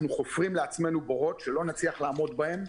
חופרים לעצמנו בורות שלא נוכל לצאת מהם.